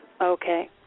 Okay